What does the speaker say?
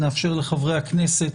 נאפשר לחברי הכנסת,